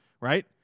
right